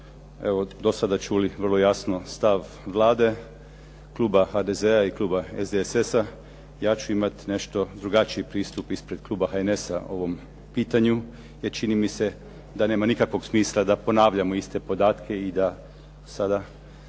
do sada čuli vrlo jasno stav Vlade, kluba HDZ-a i kluba SDSS-a, ja ću imati nešto drugačiji pristup ispred kluba HNS-a ovom pitanju jer čini mi se da nema nikakvog smisla da ponavljamo iste podatke i da sada